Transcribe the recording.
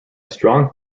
strong